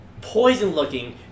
poison-looking